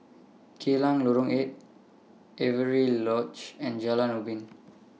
Geylang Lorong eight Avery Lodge and Jalan Ubin